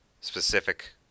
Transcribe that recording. specific